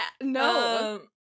No